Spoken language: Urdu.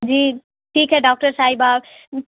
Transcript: جی ٹھیک ہے ڈاکٹر صاحبہ